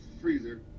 freezer